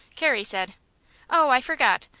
carrie said oh, i forgot!